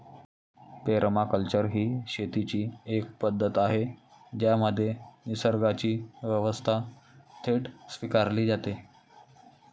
permaculture ही शेतीची एक पद्धत आहे ज्यामध्ये निसर्गाची व्यवस्था थेट स्वीकारली जाते